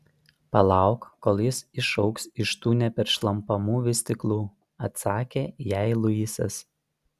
palauk kol jis išaugs iš tų neperšlampamų vystyklų atsakė jai luisas